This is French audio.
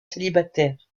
célibataires